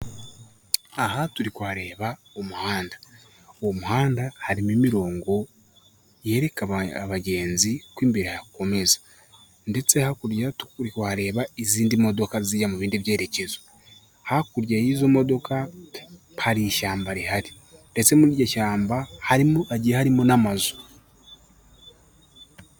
Aha turi kuharebaba umuhanda, uwo muhanda harimo imirongo yereka abagenzi ko imbere hakomeza, ndetse hakurya turi kuhareba izindi modoka zijya mu bindi byerekezo, hakurya y'izo modoka hari ishyamba rihari, ndetse muri iryo shyamba hagiye harimo n'amazu.